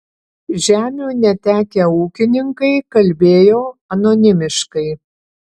žemių netekę ūkininkai kalbėjo anonimiškai